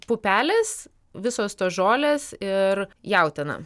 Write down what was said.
pupelės visos tos žolės ir jautiena